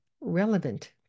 relevant